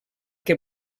què